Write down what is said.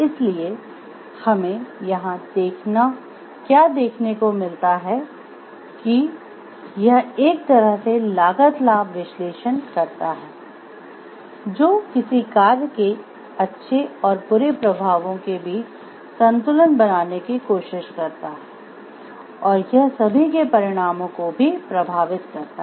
इसलिए हमें यहां क्या देखने को मिलता है कि यह एक तरह से लागत लाभ विश्लेषण करता है जो किसी कार्य के अच्छे और बुरे प्रभावों के बीच संतुलन बनाने की कोशिश करता है और यह सभी के परिणामों को भी प्रभावित करता है